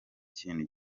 kintu